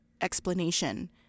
explanation